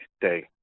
day